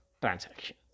transaction